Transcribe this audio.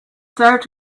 served